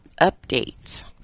updates